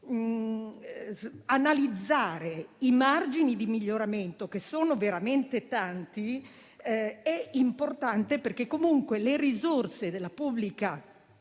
analizzare i margini di miglioramento, che sono veramente tanti, è importante perché comunque le risorse spese per il